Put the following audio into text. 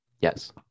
Yes